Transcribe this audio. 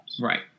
Right